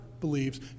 believes